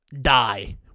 Die